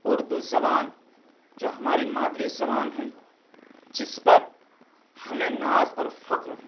اردو زبان جو ہماری مادری زبان ہے جس پر ہمیں ناز اور فخر ہے